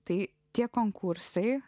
tai tie konkursai